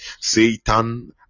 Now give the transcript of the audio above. Satan